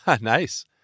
Nice